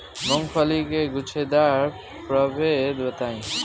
मूँगफली के गूछेदार प्रभेद बताई?